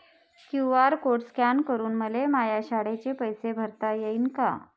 QR code scan करून मले माया शाळेचे पैसे भरता येईन का?